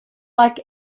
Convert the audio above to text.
like